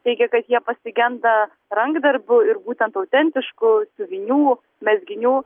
teigia kad jie pasigenda rankdarbių ir būtent autentiškų siuvinių mezginių